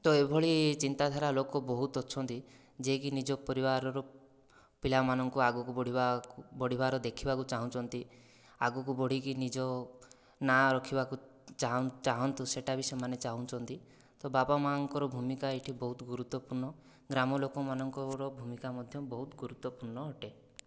ତ ଏଭଳି ଚିନ୍ତାଧାରା ଲୋକ ବହୁତ ଅଛନ୍ତି ଯିଏକି ନିଜ ପରିବାରର ପିଲାମାନଙ୍କୁ ଆଗକୁ ବଢ଼ିବା ବଢ଼ିବାର ଦେଖିବାକୁ ଚାହୁଁଛନ୍ତି ଆଗକୁ ବଢ଼ିକି ନିଜ ନାଁ ରଖିବାକୁ ଚାହଁନ୍ତୁ ସେଇଟା ବି ସେମାନେ ଚାହୁଁଛନ୍ତି ତ ବାପାମାଆଙ୍କର ଭୂମିକା ଏଇଠି ବହୁତ ଗୁରୁତ୍ଵପୂର୍ଣ୍ଣ ଗ୍ରାମଲୋକଙ୍କର ଭୂମିକା ମଧ୍ୟ ବହୁତ ଗୁରୁତ୍ଵପୂର୍ଣ୍ଣ ଅଟେ